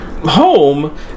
Home